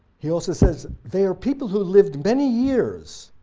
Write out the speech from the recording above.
he also says, they are people who lived many years,